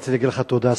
רציתי להגיד לך תודה,